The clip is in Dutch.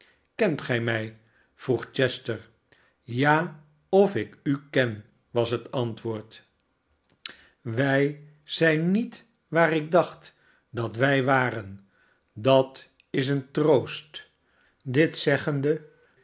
kent gij mij vroeg chester ja of ik u ken was het antwoord wij zijn niet waar ik dacht dat wij waren dat is een troost dit zeggende